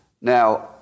Now